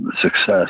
success